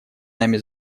нами